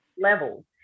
levels